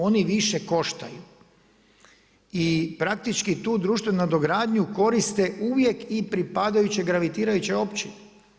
Oni više koštaju i praktički tu društvenu nadogradnju koriste uvijek i pripadajuće gravitirajuće općine.